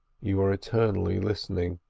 you are eternally listening,